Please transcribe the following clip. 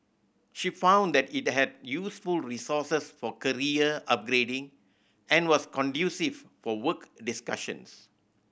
she found that it had useful resources for career upgrading and was conducive for work discussions